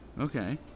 Okay